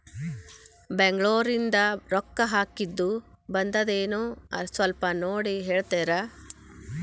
ಬೆಂಗ್ಳೂರಿಂದ ರೊಕ್ಕ ಹಾಕ್ಕಿದ್ದು ಬಂದದೇನೊ ಸ್ವಲ್ಪ ನೋಡಿ ಹೇಳ್ತೇರ?